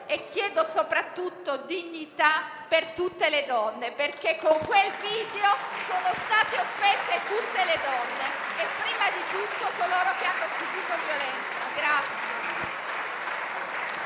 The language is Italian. e, soprattutto, dignità per tutte le donne, perché con quel video sono state offese tutte le donne e, prima di tutto, coloro che hanno subito violenza.